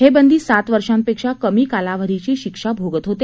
हे बंदी सात वर्षापेक्षा कमी कालावधीची शिक्षा भोगत होते